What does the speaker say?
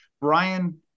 Brian